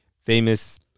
Famous